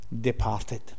departed